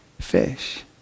fish